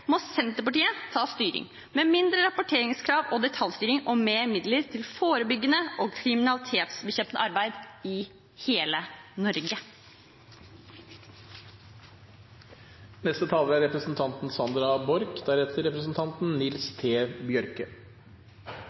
må Senterpartiet ta styring – med færre rapporteringskrav, mindre detaljstyring og flere midler til forebyggende og kriminalitetsbekjempende arbeid i hele Norge.